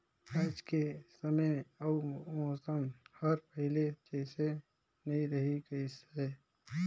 आयज के समे अउ मउसम हर पहिले जइसन नइ रही गइस हे